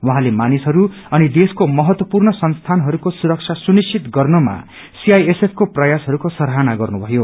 उहाँले मानिसहरू अनि देश्को महत्वपूर्ण संस्थानहरूको सुरक्षा सुनिश्चित गर्नमा सीआइएसएफ को प्रयासहरूको सराहना गर्नु भयो